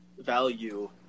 Value